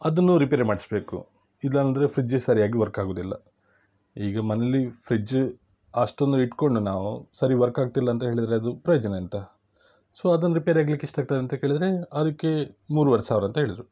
ಅದನ್ನೂ ರಿಪೇರಿ ಮಾಡ್ಸ್ಬೇಕು ಇಲ್ಲಾಂದರೆ ಫ್ರಿಜ್ಜ್ ಸರಿಯಾಗಿ ವರ್ಕ್ ಆಗೋದಿಲ್ಲ ಈಗ ಮನ್ಲಿ ಫ್ರಿಜ್ಜ್ ಅಷ್ಟೊಂದು ಇಟ್ಟುಕೊಂಡು ನಾವು ಸರಿ ವರ್ಕ್ ಆಗ್ತಿಲ್ಲ ಅಂತ ಹೇಳಿದರೆ ಅದು ಪ್ರಯೋಜನ ಎಂಥ ಸೊ ಅದನ್ನ ರಿಪೇರಿ ಆಗ್ಲಿಕ್ಕೆ ಎಷ್ಟಾಗ್ತದಂತ ಕೇಳಿದರೆ ಅದಕ್ಕೆ ಮೂರುವರೆ ಸಾವಿರ ಅಂತ ಹೇಳಿದರು